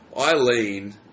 Eileen